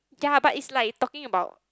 yea but it's like talking about